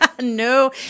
No